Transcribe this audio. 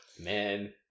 man